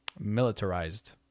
militarized